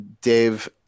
Dave